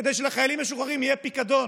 כדי שלחיילים משוחררים יהיה פיקדון